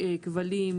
כבלים,